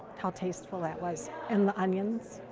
how tasteful that was and the onions.